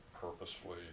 purposefully